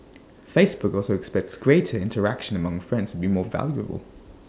Facebook also expects greater interaction among friends be more valuable